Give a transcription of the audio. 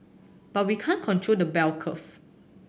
but we can't control the bell curve